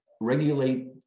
regulate